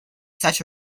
such